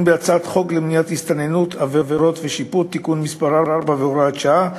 בהצעת חוק למניעת הסתננות (עבירות ושיפוט) (תיקון מס' 4 והוראת שעה),